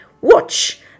Watch